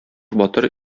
батыр